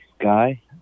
guy